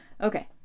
okay